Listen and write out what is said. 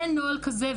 אין נוהל כזה.